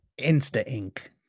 Insta-ink